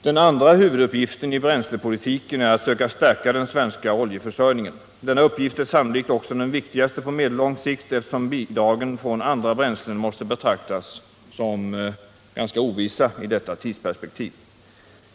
Den andra huvuduppgiften i bränslepolitiken är att söka stärka den svenska oljeförsörjningen. Denna uppgift är sannolikt också den viktigaste på medellång sikt, eftersom bidragen från andra bränslen måste betraktas som ganska ovissa i detta tidsperspektiv.